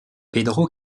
pedro